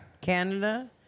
Canada